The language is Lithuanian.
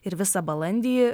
ir visą balandį